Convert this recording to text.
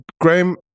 Graham